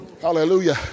Hallelujah